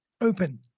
open